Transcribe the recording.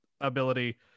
ability